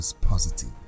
positive